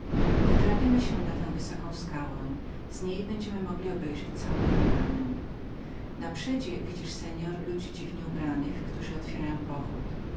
wdrapmy się na tę wysoką skałę z niej będziem mogli wygodnie widzieć całą drogę jaką karawana ciągnie przez dolinę naprzód widzisz seor tych ludzi dziwnie ubranych którzy otwierają pochód